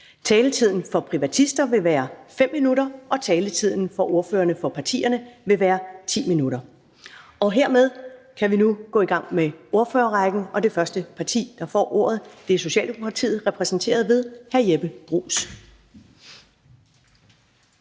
Taletiden for privatister vil være 5 minutter, og taletiden for ordførerne for partierne vil være 10 minutter. Hermed kan vi nu gå i gang med ordførerrækken, og det første parti, der får ordet, er Socialdemokratiet, og det er repræsenteret ved hr. Jeppe Bruus.